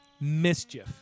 mischief